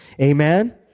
Amen